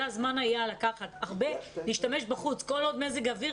זה היה הזמן להשתמש בחוץ כל עוד מזג האוויר